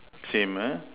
same ah